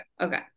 Okay